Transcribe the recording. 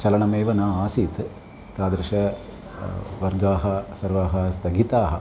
चलनमेव न आसीत् तादृशाः वर्गाः सर्वाः स्थगिताः